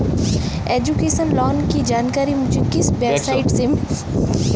Education loan की जानकारी मुझे किस वेबसाइट से मिल सकती है?